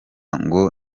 ngo